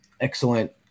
excellent